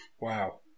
Wow